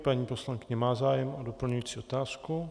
Paní poslankyně má zájem o doplňující otázku.